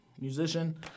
musician